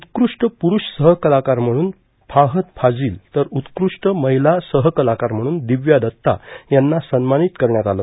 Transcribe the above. उत्कृष्ट पुरूष सहकलाकार म्हणून फाहद फाजील तर उत्कृष्ट महिला सहकलाकार म्हणून दिव्या दत्ता यांना सन्मानीत करण्यात आलं